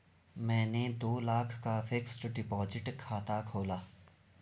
मैंने दो लाख का फ़िक्स्ड डिपॉज़िट खाता खोला